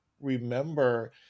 remember